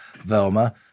Velma